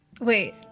Wait